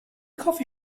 coffee